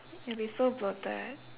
you'll be so bloated